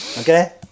okay